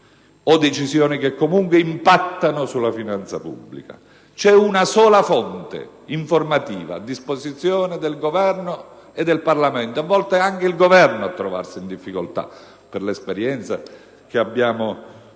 o decisioni che comunque impattano sulla finanza pubblica? C'è una sola fonte informativa, a disposizione del Governo e del Parlamento; a volte infatti, secondo l'esperienza che abbiamo potuto